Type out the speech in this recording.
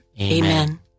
Amen